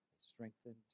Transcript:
strengthened